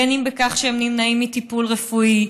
בין אם בכך שהם נמנעים מטיפול רפואי,